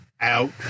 out